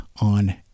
on